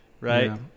right